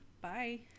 bye